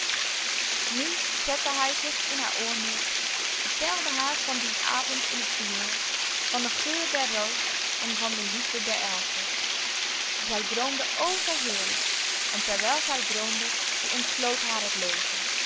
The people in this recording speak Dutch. nu zette hij zich in haar oor neer vertelde haar van dien avond in het prieel van den geur der roos en van de liefde der elfen zij droomde overheerlijk en terwijl zij droomde ontvlood haar het leven